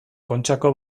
kontxako